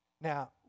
Now